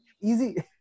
easy